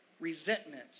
resentment